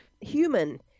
human